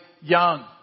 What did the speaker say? young